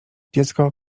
dziecko